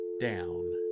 down